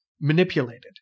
manipulated